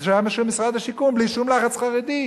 זה היה של משרד השיכון, בלי שום לחץ חרדים.